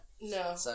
No